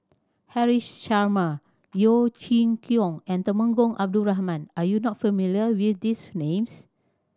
Haresh Sharma Yeo Chee Kiong and Temenggong Abdul Rahman are you not familiar with these names